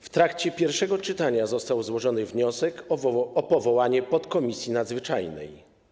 W trakcie pierwszego czytania został złożony wniosek o powołanie podkomisji nadzwyczajnej.